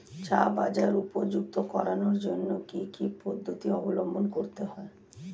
চা বাজার উপযুক্ত করানোর জন্য কি কি পদ্ধতি অবলম্বন করতে হয়?